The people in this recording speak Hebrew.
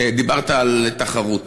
דיברת על תחרות,